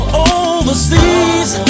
overseas